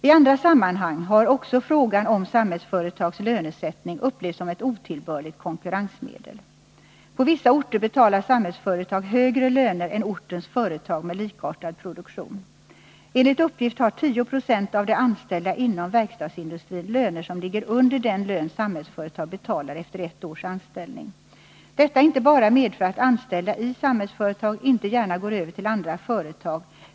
I andra sammanhang har också Samhällsföretags lönesättning upplevts som ett otillbörligt konkurrensmedel. På vissa orter betalar Samhällsföretag högre löner än ortens företag med likartad produktion. Enligt uppgift har 10 20 av de anställda inom verkstadsindustrin löner som ligger under den lön Samhällsföretag betalar efter ett års anställning. Detta medför inte bara att anställda i Samhällsföretag inte gärna går över till andra företag.